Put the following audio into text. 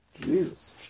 Jesus